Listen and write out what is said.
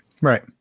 Right